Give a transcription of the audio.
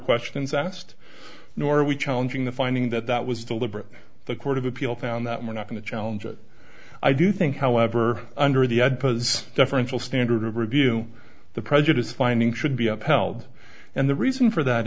questions asked nor are we challenging the finding that that was deliberate the court of appeal found that we're not going to challenge it i do think however under the ad does deferential standard of review the prejudice finding should be upheld and the reason for that